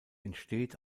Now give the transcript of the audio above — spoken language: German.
entsteht